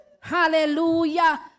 Hallelujah